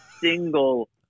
single